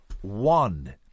one